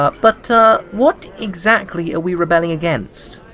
ah but what exactly are we rebelling against?